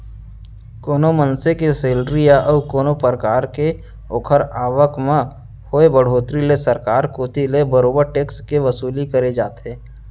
कोनो मनसे के सेलरी या अउ कोनो परकार के ओखर आवक म होय बड़होत्तरी ले सरकार कोती ले बरोबर टेक्स के वसूली करे जाथे